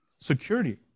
security